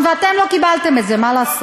ואתם לא קיבלתם את זה, מה לעשות.